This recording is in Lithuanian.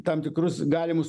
tam tikrus galimus